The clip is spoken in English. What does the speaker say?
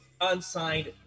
unsigned